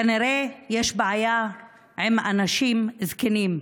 כנראה יש בעיה עם אנשים זקנים.